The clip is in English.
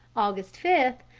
august five,